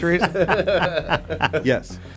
Yes